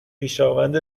خویشاوند